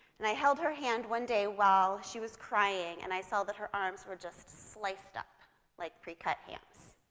and i held her hand one day while she was crying, and i saw that her arms were just sliced up like precut hams.